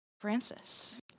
Francis